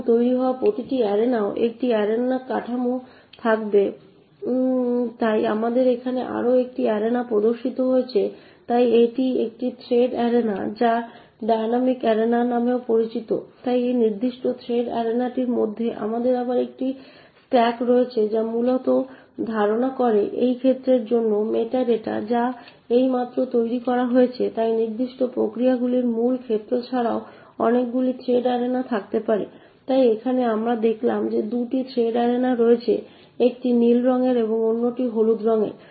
এখন তৈরি হওয়া প্রতিটি অ্যারেনারও একটি অ্যারেনা কাঠামো থাকবে তাই আমাদের এখানে আরও একটি অ্যারেনা প্রদর্শিত হয়েছে তাই এটি একটি থ্রেড অ্যারেনা যা ডায়নামিক অ্যারেনা নামেও পরিচিত তাই এই নির্দিষ্ট থ্রেড অ্যারেনাটির মধ্যে আমাদের আবার একটি স্ট্রাক malloc state রয়েছে যা মূলত ধারণ করে এই ক্ষেত্রটির জন্য মেটা ডেটা যা এইমাত্র তৈরি করা হয়েছে তাই নির্দিষ্ট প্রক্রিয়ার মূল ক্ষেত্র ছাড়াও অনেকগুলি থ্রেড অ্যারেনাও থাকতে পারে তাই এখানে আমরা দেখালাম যে 2টি থ্রেড অ্যারেনা রয়েছে একটি নীল রঙের এবং অন্যটি হলুদ রঙের